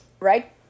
right